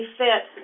fit